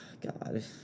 God